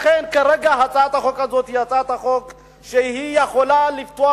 לכן כרגע הצעת החוק הזאת היא הצעת חוק שיכולה לפתוח